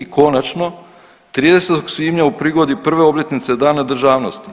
I konačno, 30. svibnja u prigodi prve obljetnice Dana državnosti